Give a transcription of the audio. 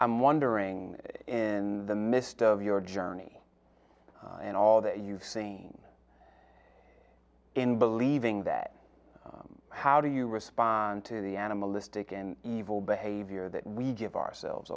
i'm wondering in the midst of your journey and all that you've seen in believing that how do you respond to the animalistic and evil behavior that we give ourselves